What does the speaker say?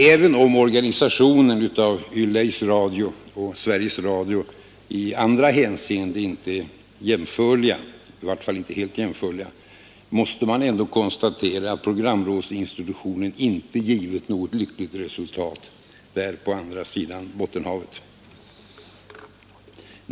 Även om organisationen av Yleis Radio och Sveriges Radio i andra hänseenden inte är helt jämförliga, måste man ändå konstatera att programrådsinstitutionen inte givit något lyckligt resultat där på andra sidan Bottenhavet.